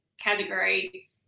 category